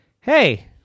Hey